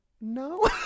No